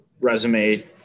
resume